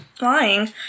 lying